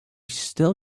still